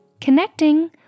Connecting